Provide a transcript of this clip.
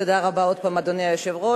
תודה רבה עוד הפעם, אדוני היושב-ראש.